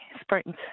Springs